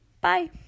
Bye